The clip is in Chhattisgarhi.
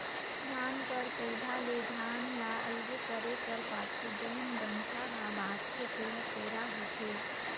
धान कर पउधा ले धान ल अलगे करे कर पाछू जउन डंठा हा बांचथे तेहर पैरा होथे